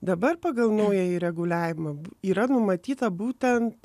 dabar pagal naująjį reguliavimą yra numatyta būtent